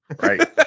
Right